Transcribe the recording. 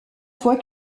fois